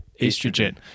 Estrogen